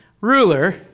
ruler